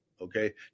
Okay